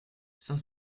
cinq